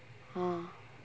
uh